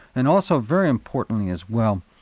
and also very importantly as well,